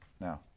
Now